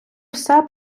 все